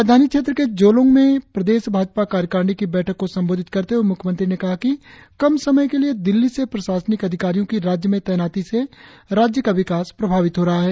राजधानी क्षेत्र के जोलोंग में प्रदेश भाजपा कार्यकारिणी की बैठक को संबोधित करते हुए मुख्यमंत्री ने कहा कि कम समय के लिए दिल्ली से प्रशासनिक अधिकारियों की राज्य में तैनाती से राज्य का विकास प्रभावित हो रहा है